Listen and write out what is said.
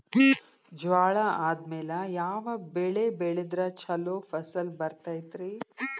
ಜ್ವಾಳಾ ಆದ್ಮೇಲ ಯಾವ ಬೆಳೆ ಬೆಳೆದ್ರ ಛಲೋ ಫಸಲ್ ಬರತೈತ್ರಿ?